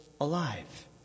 alive